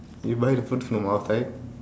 you buy the food from outside